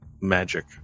magic